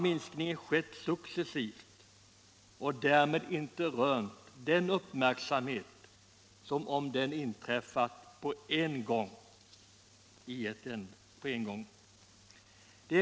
Minskningen har skett successivt och har därför inte rönt den uppmärksamhet som skulle ha varit fallet om den inträffat på en gång.